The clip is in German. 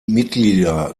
mitglieder